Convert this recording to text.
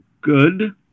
good